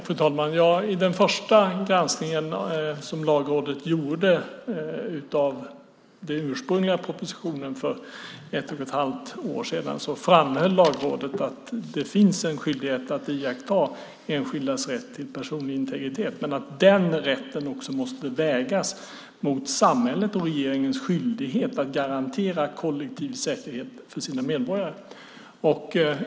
Fru talman! I den första granskning som Lagrådet gjorde av den ursprungliga propositionen för ett och ett halvt år sedan framhöll Lagrådet att det finns en skyldighet att iaktta enskildas rätt till personlig integritet men att den rätten också måste vägas mot samhällets och regeringens skyldighet att garantera kollektiv säkerhet för sina medborgare.